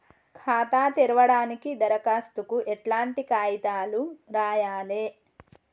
ఖాతా తెరవడానికి దరఖాస్తుకు ఎట్లాంటి కాయితాలు రాయాలే?